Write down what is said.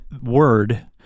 word